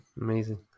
amazing